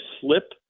slip